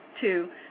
two